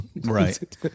right